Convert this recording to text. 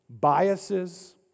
biases